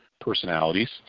personalities